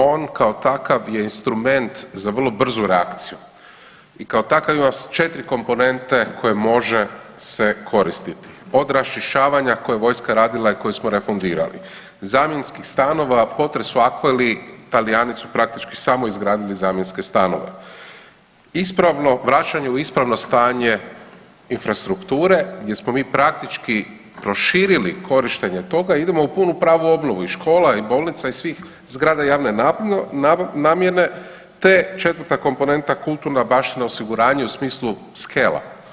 On kao takav je instrument za vrlo brzu reakciju i kao takav ima 4 komponente koje može se koristiti od raščišćavanja koje je vojska radila i koje smo refundirali, zamjenskih stanova, potres u L'Aquili, Talijani su praktički samo izgradili zamjenske stanove, ispravno, vraćanje u ispravno stanje infrastrukture gdje smo mi praktički proširili korištenje toga i idemo u punu pravu obnovu i škola i bolnica i svih zgrada javne namjene, te 4 komponenta kulturna baština osiguranje u smislu skela.